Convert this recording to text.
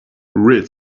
read